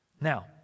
Now